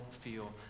feel